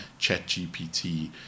ChatGPT